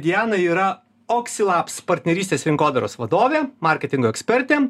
diana yra oxylabs partnerystės rinkodaros vadovė marketingo ekspertė